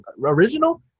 Original